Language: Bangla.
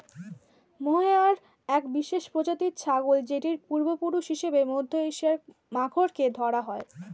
মোহেয়ার এক বিশেষ প্রজাতির ছাগল যেটির পূর্বপুরুষ হিসেবে মধ্য এশিয়ার মাখরকে ধরা হয়